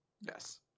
Yes